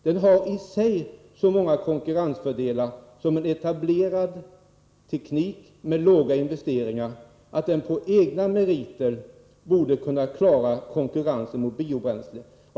Elen har i sig så många konkurrensfördelar, såsom en etablerad teknik med låga investeringar, att den på egna meriter borde kunna klara konkurrensen gentemot biobränsle.